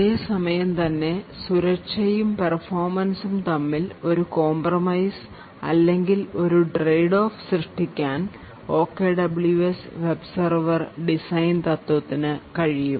അതേ സമയം തന്നെ സുരക്ഷയും performance തമ്മിൽ ഒരു compromise അല്ലെങ്കിൽ ഒരു tradeoff സൃഷ്ടിക്കാൻ OKWS വെബ് സെർവർ ഡിസൈൻ തത്വത്തിന് കഴിയും